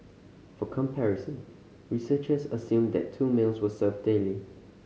for comparison researchers assumed that two meals were served daily